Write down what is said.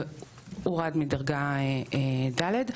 שהורד מדרגה ד'.